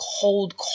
cold